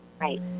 Right